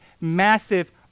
massive